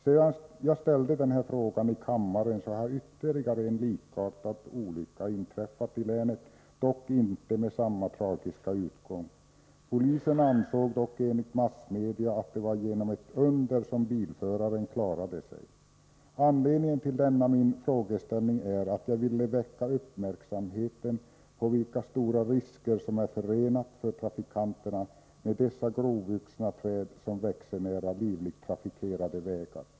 Sedan jag ställde frågan har ytterligare en likartad olycka inträffat i länet, dock inte med samma tragiska utgång. Polisen ansåg dock enligt massmedia att det var genom ett under som bilföraren klarade sig. Anledningen till denna min fråga är att jag ville väcka uppmärksamhet kring vilka stora risker som är förenade för trafikanterna med dessa grovvuxna träd som växer nära livligt trafikerade vägar.